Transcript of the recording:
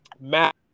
matt